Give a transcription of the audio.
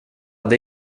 det